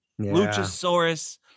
Luchasaurus